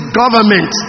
government